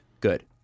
good